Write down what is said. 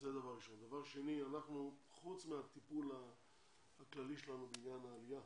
חוץ מהטיפול הכללי שלנו בעניין העלייה,